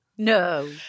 No